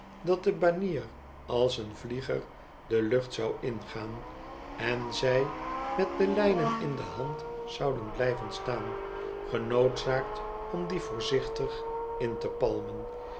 dat de banier als een vlieger de lucht zou ingaan en zij met de lijnen in de hand zouden blijven staan genoodzaakt om die voorzichtig in te palmen